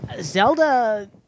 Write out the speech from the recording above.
Zelda